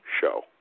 show